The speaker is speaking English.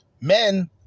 Men